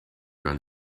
run